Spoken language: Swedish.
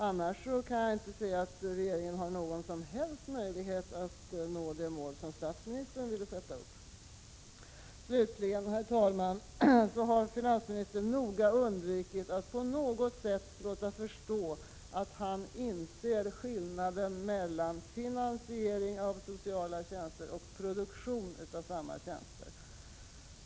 Annars kan jag inte se att regeringen har någon som helst möjlighet att nå de mål som finansministern ville sätta upp. Slutligen, herr talman, har finansministern noga undvikit att på något sätt låta förstå att han inser skillnaden mellan finansiering av sociala tjänster och produktion av samma tjänster.